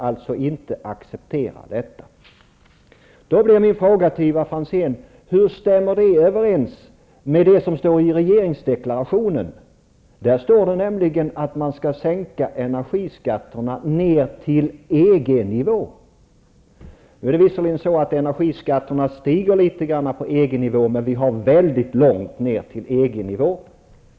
Min fråga till Ivar Franzén blir då: Hur stämmer den här uppfattningen överens med det som sägs i regeringsdeklarationen? Där står det nämligen att energiskatterna skall sänkas ner till EG-nivå. Nu stiger visserligen energiskatterna litet grand på EG nivå. Men vi är ändå väldigt långt från den nivån.